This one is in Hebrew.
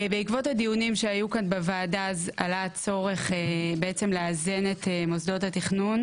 בעקבות הדיונים שהיו כאן בוועדה עלה הצורך לאזן את מוסדות התכנון